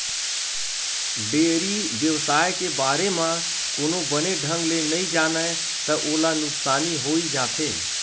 dairy बेवसाय के बारे म कोनो बने ढंग ले नइ जानय त ओला नुकसानी होइ जाथे